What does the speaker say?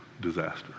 disaster